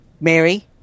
Mary